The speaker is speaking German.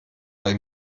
bei